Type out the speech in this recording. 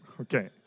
Okay